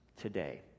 today